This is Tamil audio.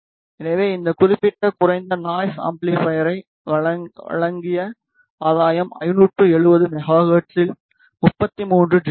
எனவே இந்த குறிப்பிட்ட குறைந்த நாய்ஸ் அம்பிளிபைர் வழங்கிய ஆதாயம் 570 மெகா ஹெர்ட்ஸில் 33 டி பி